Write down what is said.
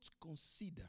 consider